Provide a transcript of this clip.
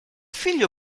figlio